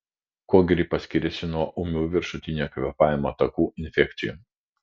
kuo gripas skiriasi nuo ūmių viršutinių kvėpavimo takų infekcijų